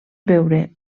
veure